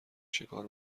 شکار